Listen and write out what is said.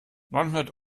neunhundert